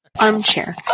Armchair